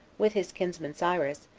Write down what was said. with his kinsman cyrus,